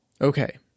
Okay